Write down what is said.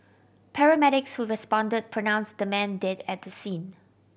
paramedics who responded pronounced the man dead at the scene